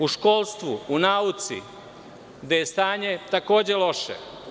U školstvu, u nauci, gde je stanje takođe loše.